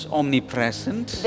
omnipresent